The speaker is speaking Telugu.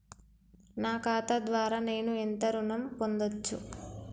నా ఖాతా ద్వారా నేను ఎంత ఋణం పొందచ్చు?